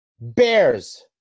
Bears